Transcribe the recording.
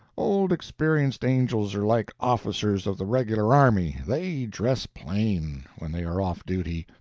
old experienced angels are like officers of the regular army they dress plain, when they are off duty.